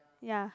ya